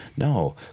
No